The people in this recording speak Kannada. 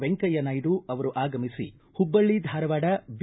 ವೆಂಕಯ್ಯ ನಾಯ್ದು ಅವರು ಆಗಮಿಸಿ ಹುಬ್ಬಳ್ಳಿ ಧಾರವಾಡ ಬಿ